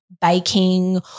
baking